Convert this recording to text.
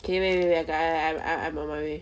K wait wait wait I I'm I'm I'm on my way